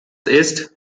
ist